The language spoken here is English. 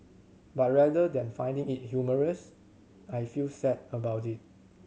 but rather than finding it humorous I feel sad about it